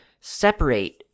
separate